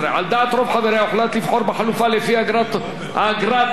הוחלט לבחור בחלופה שלפיה האגרה תופחת ב-5%,